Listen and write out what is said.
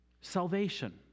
Salvation